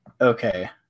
Okay